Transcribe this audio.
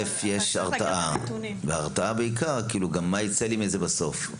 יש הרתעה, והתרעה בעיקר, גם מה ייצא לי מזה בסוף?